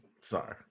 Sorry